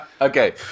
Okay